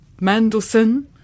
Mandelson